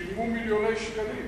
שילמו מיליוני שקלים,